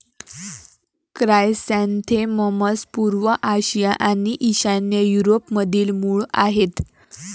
chrysanthemums पूर्व आशिया आणि ईशान्य युरोपमधील मूळ आहेत